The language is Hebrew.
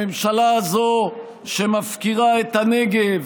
הממשלה הזאת, שמפקירה את הנגב,